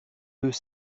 deux